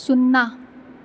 सुन्ना